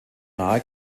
nahe